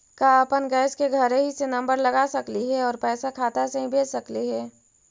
का अपन गैस के घरही से नम्बर लगा सकली हे और पैसा खाता से ही भेज सकली हे?